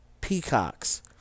peacocks